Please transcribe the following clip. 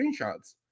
screenshots